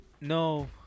no